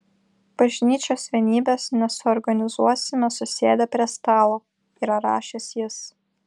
bažnyčios vienybės nesuorganizuosime susėdę prie stalo yra rašęs jis